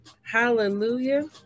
Hallelujah